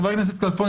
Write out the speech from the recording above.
חבר הכנסת כלפון,